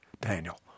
Daniel